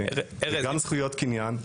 גם זכויות קניין --- ארז,